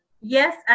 yes